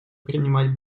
принимать